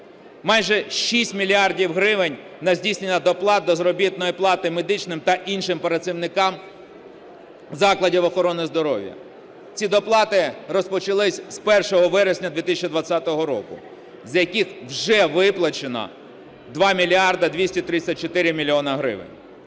майже 6 мільярдів гривень на здійснення доплат до заробітної плати медичним та іншим працівникам закладів охорони здоров'я. Ці доплати розпочались з 1 вересня 2020 року, з яких вже виплачено 2 мільярди 234 мільйони гривень.